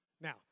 Now